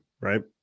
right